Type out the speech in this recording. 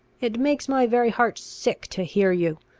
it makes my very heart sick to hear you!